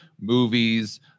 movies